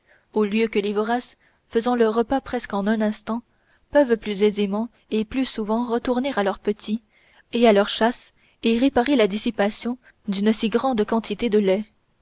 au lieu que les voraces faisant leur repas presque en un instant peuvent plus aisément et plus souvent retourner à leurs petits et à leur chasse et réparer la dissipation d'une si grande quantité de lait